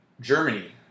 Germany